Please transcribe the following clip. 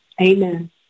amen